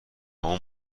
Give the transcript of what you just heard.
اون